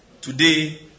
today